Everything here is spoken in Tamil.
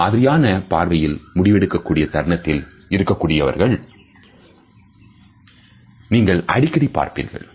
இந்த மாதிரியான பார்வையில்முடிவெடுக்கக் கூடிய தருணத்தில் இருக்கக்கூடியவர்கள் ஐ நீங்கள் அடிக்கடி பார்த்திருப்பீர்கள்